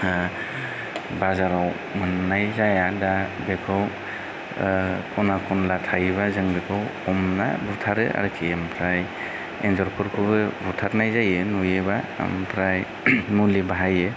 बाजाराव मोननाय जाया दा बेखौ खना खनला थायोबा जों बेखौ हमना बुथारो आरोखि ओमफ्राय एन्जरफोरखौबो बुथारनाय जायो नुयोबा ओमफ्राय मुलि बाहायो